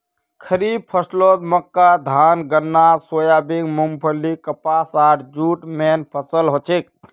खड़ीफ फसलत मक्का धान गन्ना सोयाबीन मूंगफली कपास आर जूट मेन फसल हछेक